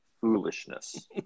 foolishness